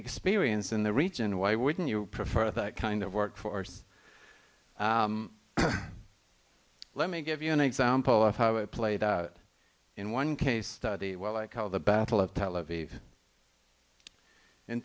experience in the region why wouldn't you prefer that kind of workforce let me give you an example of how it played out in one case study what i call the battle of